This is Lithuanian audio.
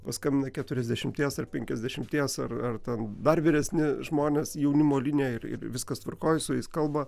paskambina keturiasdešimties ar penkiasdešimties ar ar ten dar vyresni žmonės į jaunimo liniją ir ir viskas tvarkoje su jais kalba